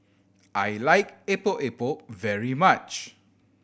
I like Epok Epok very much